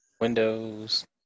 windows